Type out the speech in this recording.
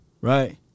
right